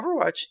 Overwatch